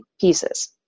pieces